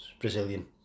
Brazilian